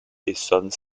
essonne